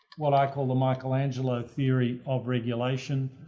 what i call, the michelangelo theory of regulation.